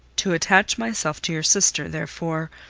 to attach myself to your sister, therefore,